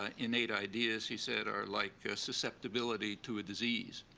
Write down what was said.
ah innate ideas, he said, are like a susceptibility to a disease.